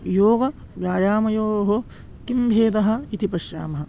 योगव्यायामयोः किं भेदः इति पश्यामः